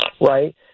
right